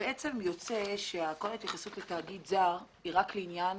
בעצם יוצא שכל ההתייחסות לתאגיד זר היא רק לעניין